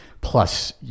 plus